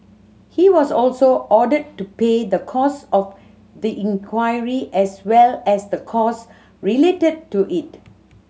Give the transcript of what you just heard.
he was also ordered to pay the cost of the inquiry as well as the cost related to it